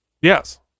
Yes